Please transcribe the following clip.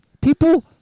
people